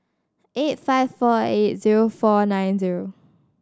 eight five four eight zero four nine zero